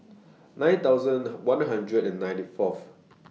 nine thousand one hundred and ninety Fourth